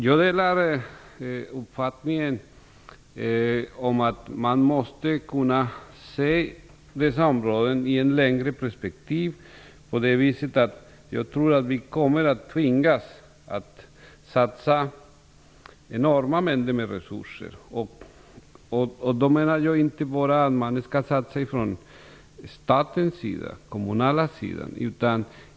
Jag delar uppfattningen att man måste kunna se dessa områden i ett längre perspektiv. Jag tror att vi kommer att tvingas att satsa enorma mängder med resurser. Då menar jag inte bara att man skall satsa från statens och kommunernas sida.